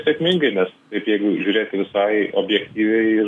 sėkmingai nes jeigu žiūrėti visai objektyviai